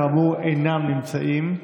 שכאמור אינם נמצאים.